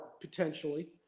potentially